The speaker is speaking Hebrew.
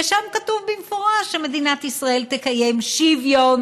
ושם כתוב במפורש שמדינת ישראל תקיים שוויון